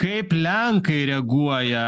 kaip lenkai reaguoja